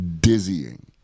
dizzying